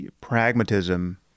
pragmatism